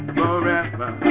forever